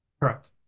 Correct